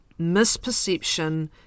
misperception